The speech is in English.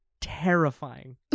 Terrifying